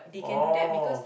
oh